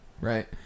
right